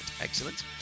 excellent